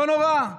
לא נורא,